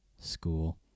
school